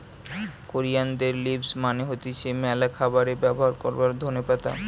কোরিয়ানদের লিভস মানে হতিছে ম্যালা খাবারে ব্যবহার করবার ধোনে পাতা